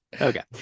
Okay